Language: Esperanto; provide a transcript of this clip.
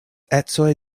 ecoj